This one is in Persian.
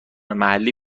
محلی